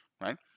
right